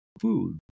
food